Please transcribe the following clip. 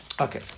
Okay